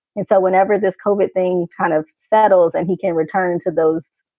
and so whenever this colbert thing kind of settles and he can return to those,